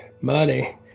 money